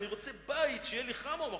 'אני רוצה בית, שיהיה לי חם', הוא אמר.